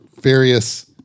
various